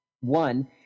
One